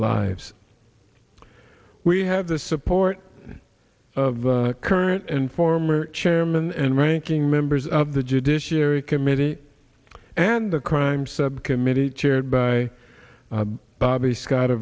lives we have the support of current and former chairman and ranking members of the judiciary committee and the crime subcommittee chaired by bobby scott